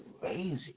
Crazy